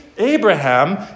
Abraham